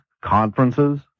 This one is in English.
conferences